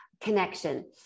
connection